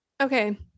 Okay